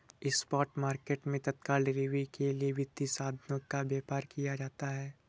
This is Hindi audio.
स्पॉट मार्केट मैं तत्काल डिलीवरी के लिए वित्तीय साधनों का व्यापार किया जाता है